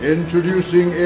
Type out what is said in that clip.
Introducing